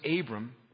Abram